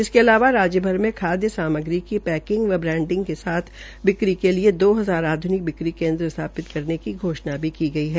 इसके अलावा राज्य भर में खाय सामग्री की पैकिंग व ब्रांडिंग के साथ बिक्री के लिए दो जार आध्रनिक बिक्री केन्द्र स्थापित करने की घोषणा भी की गई है